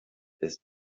ist